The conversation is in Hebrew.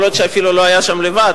יכול להיות שאפילו הוא לא היה שם לבד,